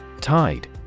Tide